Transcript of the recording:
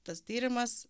tas tyrimas